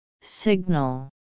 signal